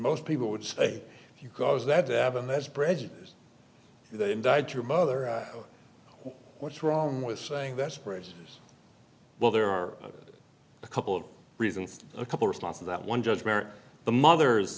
most people would say if you cause that to happen that's prejudice they indict your mother what's wrong with saying that's prejudice well there are a couple of reasons a couple responses that one judge the mother